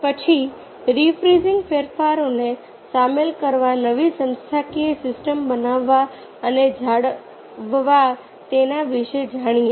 પછી રિફ્રીઝિંગ ફેરફારોને સામેલ કરવા નવી સંસ્થાકીય સિસ્ટમ બનાવવા અને જાળવવાતેના વિશે જાણીએ